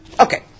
Okay